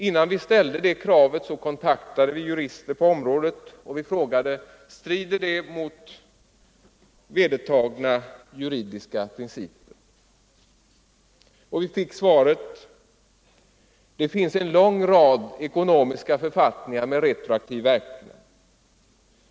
Innan vi ställde det kravet kontaktade vi jurister på området och frågade: ”Strider det mot vedertagna juridiska principer?” Vi fick svaret: ”Det finns en lång rad ekonomiska författningar med retroaktiv verkan.